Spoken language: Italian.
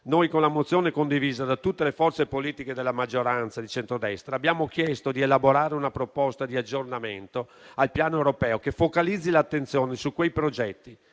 - con la mozione condivisa da tutte le forze politiche della maggioranza di centrodestra abbiamo chiesto di elaborare una proposta di aggiornamento al piano europeo, che focalizzi l'attenzione su quei progetti